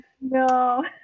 no